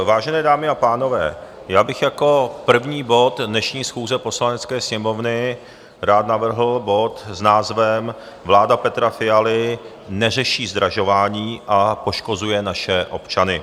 Vážené dámy a pánové, já bych jako první bod dnešní schůze Poslanecké sněmovny rád navrhl bod s názvem Vláda Petra Fialy neřeší zdražování a poškozuje naše občany.